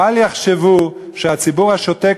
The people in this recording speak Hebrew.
בל יחשבו שהציבור השותק,